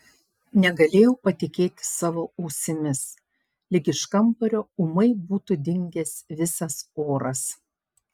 negalėjau patikėti savo ausimis lyg iš kambario ūmai būtų dingęs visas oras